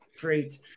great